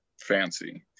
fancy